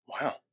Wow